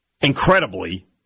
incredibly